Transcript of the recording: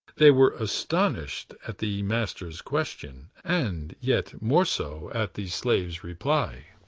they were astonished at the master's question, and yet more so at the slave's reply.